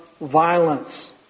violence